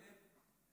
כן.